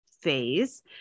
phase